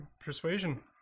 persuasion